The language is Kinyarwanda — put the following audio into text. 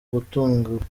gutangura